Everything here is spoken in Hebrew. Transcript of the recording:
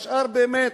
השאר, באמת.